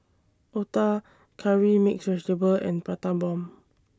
Otah Curry Mixed Vegetable and Prata Bomb